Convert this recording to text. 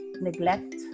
neglect